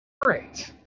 Great